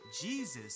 Jesus